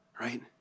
right